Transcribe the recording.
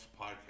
Podcast